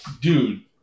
dude